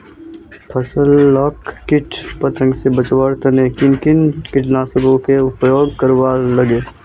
फसल लाक किट पतंग से बचवार तने किन किन कीटनाशकेर उपयोग करवार लगे?